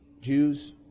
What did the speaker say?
Jews